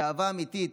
באהבה אמיתית.